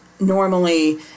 Normally